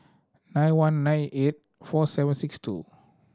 nine one nine eight four seven six two